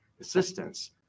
assistance